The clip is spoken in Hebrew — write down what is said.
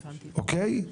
אוקיי?